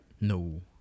No